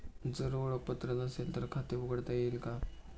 जर ओळखपत्र नसेल तर खाते उघडता येईल का?